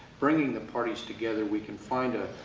bringing the parties together, we can find a